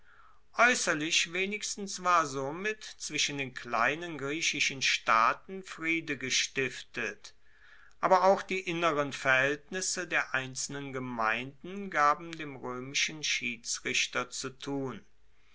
aeusserlich wenigstens war somit zwischen den kleinen griechischen staaten friede gestiftet aber auch die inneren verhaeltnisse der einzelnen gemeinden gaben dem roemischen schiedsrichter zu tun